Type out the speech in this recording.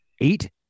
eight